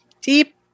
deep